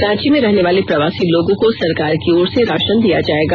रांची में रहने वाले प्रवासी लोगों को सरकार की ओर से राषन दिया जायेगा